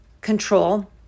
control